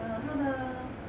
err 她的